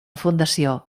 fundació